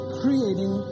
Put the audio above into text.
creating